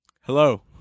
Hello